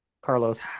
Carlos